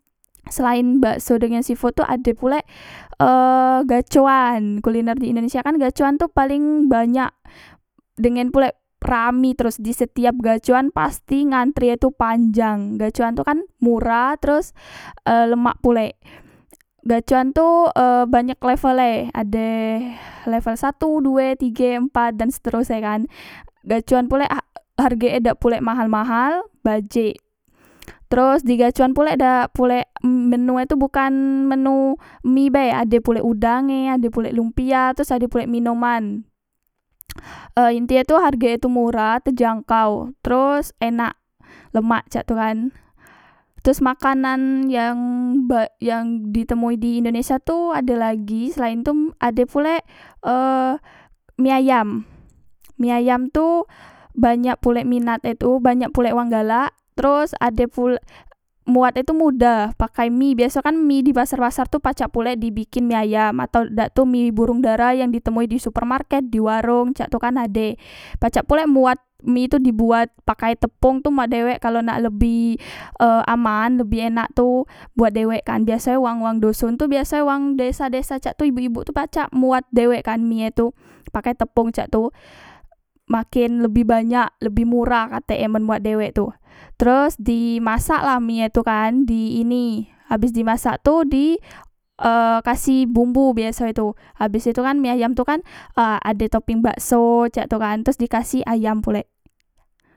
Selaen bakso dengan seafood tu ade pulek e gacoan kuliner di indonesia kan gacoan tu paleng banyak dengen pulek rami terus di setiap gacoan pasti ngantri e tu panjang gacoan tu kan murah teros e lemak pulek gacoan tu banyak level e ade level satu due tige empat dan seterus e kan gacoan pulek hak hargoe pulek dak mahal mahal bajek teros di gacoan pulek dak pulek em menue tu bukan menu mie bae ade pulek udang e ade pulek lumpia teros ade pulek minoman e intine tu hargo e tu murah terjangkau teros enak lemak cak tukan teros makanan yang ba yang ditemui di indonesia tu adelagi selaen tu ade pulek eh mie ayam mie ayam tu banyak pulek minat e tu banyak pulek wang galak teros ade pul mbuat e tu mudah pakai mie biaso e kan mie dipasar pasar tu pacak pulek dibikin mie ayam atau dak tu mie burung dara yang di temui di supermarket di warong cak tu kan ade pacak pulek mbuat mie tu dibuat pakai tepong tu mbuat dewek kalo nak lebih e aman lebih enak tu buat dewek kan biasoe wang wang doson tu biaso e wang desa desa cak tu ibuk ibuk tu pacak mbuat dewek kan mie e tu pakai tepong cak tu maken lebih banyak lebih murah katek e men mbuat dewek tu teros dimasak lah mie tu kan di ini abes di masak tu di e dikasih bumbu biaso e tu habes itu kan mie ayam e itu kan ade topping bakso cak tu kan teros dikasih ayam pulek